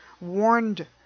warned